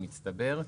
במצטבר,